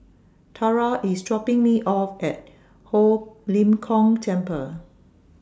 Tara IS dropping Me off At Ho Lim Kong Temple